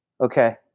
Okay